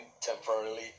temporarily